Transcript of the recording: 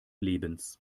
lebens